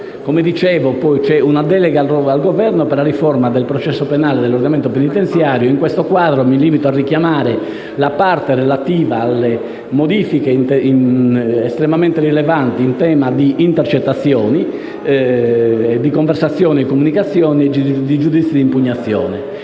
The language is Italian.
Come dicevo, vi è poi una delega al Governo per la riforma del processo penale e dell'ordinamento penitenziario. In questo quadro mi limito a richiamare la parte relativa alle modifiche estremamente rilevanti in tema di intercettazioni di conversazioni e comunicazioni e di giudizio di impugnazione.